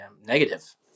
negative